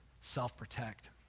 self-protect